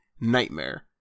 nightmare